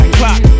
clock